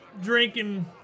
drinking